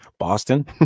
boston